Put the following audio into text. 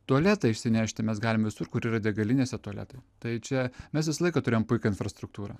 tualetą išsinešti mes galim visur kur yra degalinėse tualetai tai čia mes visą laiką turėjom puikią infrastruktūrą